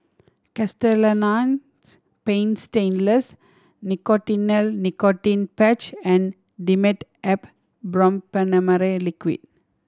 Castellani's Paint Stainless Nicotinell Nicotine Patch and Dimetapp Brompheniramine Liquid